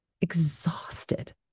exhausted